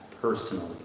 personally